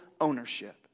ownership